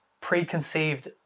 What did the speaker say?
preconceived